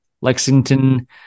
Lexington